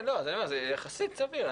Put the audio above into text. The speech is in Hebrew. זה יחסית סביר.